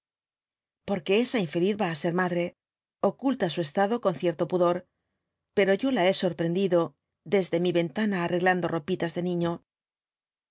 porque esa infeliz va á ser madre oculta su estado con cierto pudor pero yo la he sorprendido desde mi ventana arreglando ropitas de niño